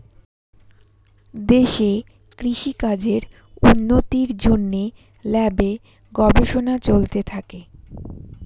দেশে কৃষি কাজের উন্নতির জন্যে ল্যাবে গবেষণা চলতে থাকে